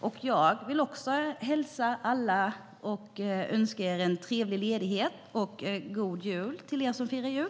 Även jag vill önska alla en trevlig ledighet och en god jul till er som firar jul!